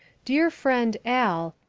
dear friend, al,